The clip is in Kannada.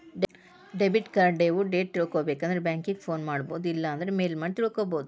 ಡೆಬಿಟ್ ಕಾರ್ಡ್ ಡೇವು ಡೇಟ್ ತಿಳ್ಕೊಬೇಕಂದ್ರ ಬ್ಯಾಂಕಿಂಗ್ ಫೋನ್ ಮಾಡೊಬೋದು ಇಲ್ಲಾಂದ್ರ ಮೇಲ್ ಮಾಡಿ ತಿಳ್ಕೋಬೋದು